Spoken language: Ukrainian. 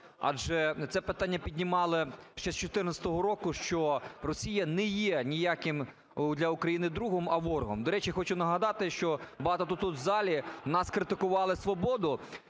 Адже це питання піднімали ще з 14-го року, що Росія не є ніяким для України другом, а ворогом. До речі, хочу нагадати, що багато хто тут у залі нас критикували, "Свободу",